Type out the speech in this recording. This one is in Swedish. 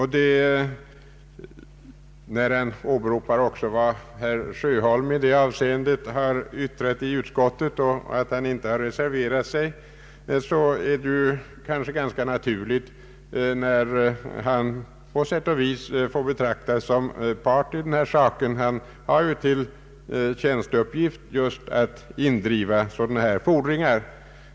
Herr Svedberg åberopar också vad herr Sjöholm yttrat i detta avseende i utskottet och att han inte reserverat sig. Det finner jag ganska naturligt — herr Sjöholm får på sätt och vis betraktas som part i den här frågan. Han har ju till tjänsteuppgift just att indriva skattefordringar.